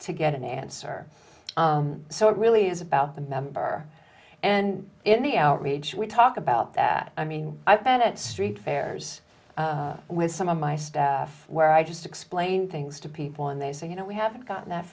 to get an answer so it really is about the member and in the outrage we talk about that i mean i've been at street fairs with some of my staff where i just explain things to people and they say you know we haven't gotten that